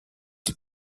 les